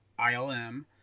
ILM